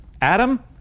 Adam